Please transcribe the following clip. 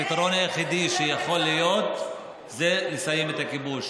הפתרון היחיד שיכול להיות זה לסיים את הכיבוש,